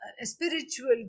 spiritual